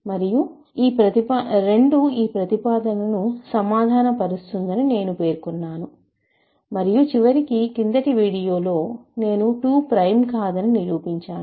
మరియు 2 ఈ ప్రతిపాదనను సమాధానపరుస్తుందని నేను పేర్కొన్నాను మరియు చివరికి క్రిందటి వీడియోలో నేను 2 ప్రైమ్ కాదని నిరూపించాను